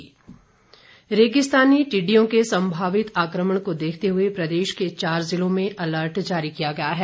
टिड्डी अर्लट रेगिस्तानी टिड्डियों के संभावित आक्रमण को देखते हुए प्रदेश के चार जिलों में अलर्ट जारी किया गया है